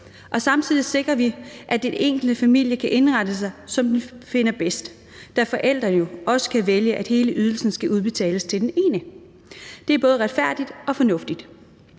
Samtidig sikrer vi, at den enkelte familie kan indrette sig, som den finder bedst, da forældrene også kan vælge, at hele ydelsen skal udbetales til den ene. Det er både retfærdigt og fornuftigt.